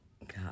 God